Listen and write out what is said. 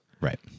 right